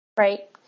Right